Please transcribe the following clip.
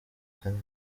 kandi